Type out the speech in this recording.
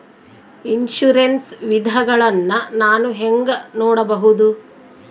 Insurance ವಿಧಗಳನ್ನ ನಾನು ಹೆಂಗ ನೋಡಬಹುದು?